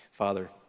Father